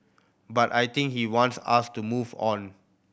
but I think he wants us to move on